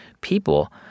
people